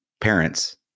parents